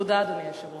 תודה, אדוני היושב-ראש.